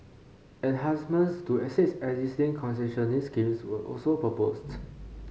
enhancements to six existing concessionary schemes were also proposed